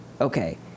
okay